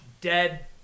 dead